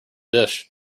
dish